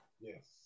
Yes